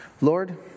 Lord